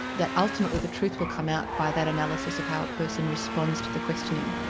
that ultimately the truth will come out by that analysis of how a person responds to the questioning.